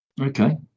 Okay